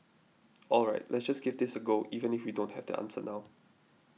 all right let's just give this a go even if we don't have the answer now